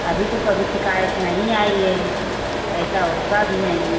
अभी तो कभी शिकायत नहीं आई है ऐसा होगा भी नहीं